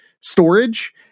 storage